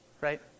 right